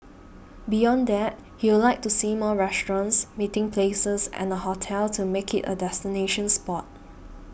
beyond that he'll like to see more restaurants meeting places and a hotel to make it a destination spot